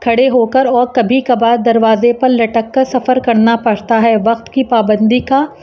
کھڑے ہو کر اور کبھی کبھار دروازے پر لٹک کر سفر کرنا پڑتا ہے وقت کی پابندی کا